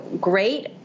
great